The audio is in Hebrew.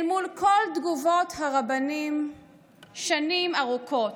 אל מול כל תגובות הרבנים שנים ארוכות.